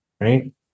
Right